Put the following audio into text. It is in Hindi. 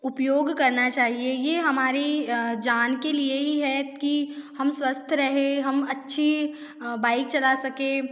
उपयोग करना चाहिए ये हमारी जान के लिए ही है कि स्वस्थ रहें हम अच्छी बाइक चला सकें